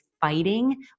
fighting